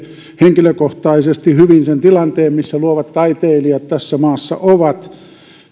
henkilökohtaisesti hyvin sen tilanteen missä luovat taiteilijat tässä maassa ovat